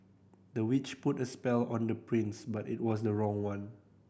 the witch put a spell on the prince but it was the wrong one